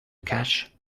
cash